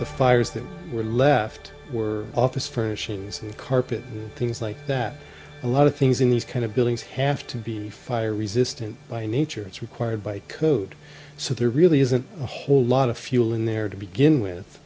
the fires that were left office for she's carpet things like that a lot of things in these kind of buildings have to be fire resistant by nature it's required by code so there really isn't a whole lot of fuel in there to begin with